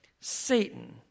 Satan